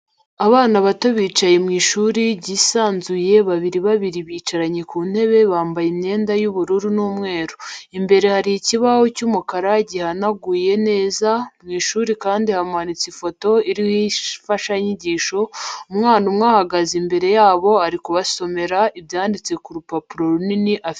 Abana bato bicaye mu ishuri ryisanzuye babiri babiri bicaranye ku ntebe bambaye imyenda y'ubururu n'umweru, imbere hari ikibaho cy'umukara gihanaguye neza, mw'ishuri kandi hamanitse ifoto ariho imfashanyigisho, umwana umwe ahagaze imbere yabo ari kubasomera ibyanditse ku rupapuro runini afite mu ntoki.